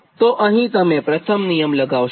તો અહીં તમે પ્રથમ નિયમ લગાવશો